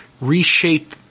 reshape